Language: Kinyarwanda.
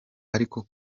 ariko